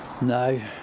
No